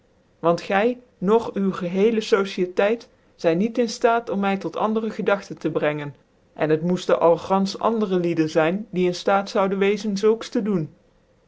want gy nog u gchecle sociëteit zijn niet in ftaat om my tot andere gedagten tc brengen en het moeften al gantlch andere lieden zijn die in ftaat zoude wezen zulks tc doen